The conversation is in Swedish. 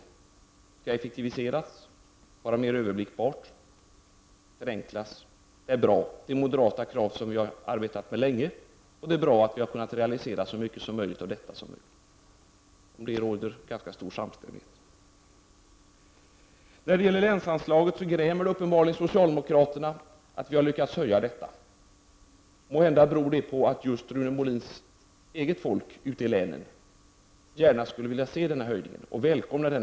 Det skall effektiviseras, vara mer överblickbart och förenklat. Det är bra. Det är moderata krav som vi har arbetat för länge. Det är bra att vi har kunnat realisera så mycket som möjligt av detta. Om detta råder ganska stor samstämmighet. När det gäller länsanslaget grämer det uppenbarligen socialdemokraterna att vi moderater har lyckats åstadkomma en höjning. Måhända beror det på att Rune Molins eget folk ute i länen gärna skulle vilja se en höjning och välkomna den.